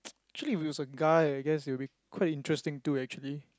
actually if it was a guy I guess it would be quite interesting too actually